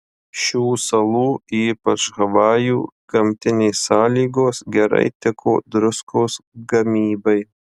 šių salų ypač havajų gamtinės sąlygos gerai tiko druskos gamybai